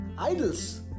idols